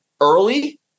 early